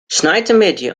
sneintemiddei